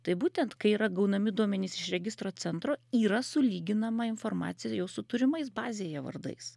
tai būtent kai yra gaunami duomenys iš registro centro yra sulyginama informacija jau su turimais bazėje vardais